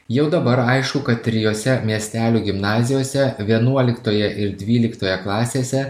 jau dabar aišku kad trijose miestelių gimnazijose vienuoliktoje ir dvyliktoje klasėse